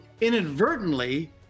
inadvertently